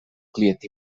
client